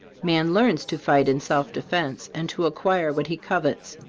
man learns to fight in self-defense, and to acquire what he covets.